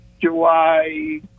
July